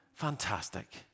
Fantastic